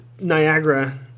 Niagara